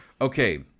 okay